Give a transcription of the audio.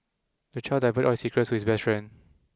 the child divulged all his secrets to his best friend